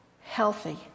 healthy